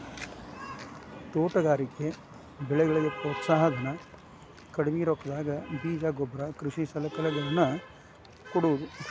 ತೋಟಗಾರಿಕೆ ಬೆಳೆಗಳಿಗೆ ಪ್ರೋತ್ಸಾಹ ಧನ, ಕಡ್ಮಿ ರೊಕ್ಕದಾಗ ಬೇಜ ಗೊಬ್ಬರ ಕೃಷಿ ಸಲಕರಣೆಗಳ ನ್ನು ಕೊಡುವುದು